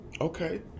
Okay